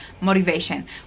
motivation